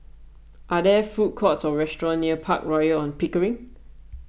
are there food courts or restaurants near Park Royal on Pickering